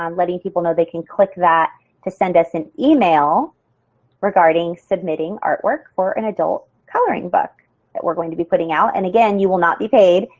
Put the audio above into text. um letting people know they can click that to send us an email regarding submitting artwork for an adult coloring book that we're going to be putting out and again you will not be paid.